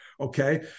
okay